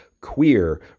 queer